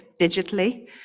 digitally